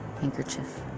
handkerchief